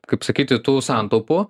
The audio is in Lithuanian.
kaip sakyti tų santaupų